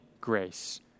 grace